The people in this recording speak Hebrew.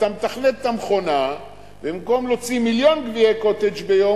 אתה מתכנת את המכונה ובמקום להוציא מיליון גביעי "קוטג'" ביום,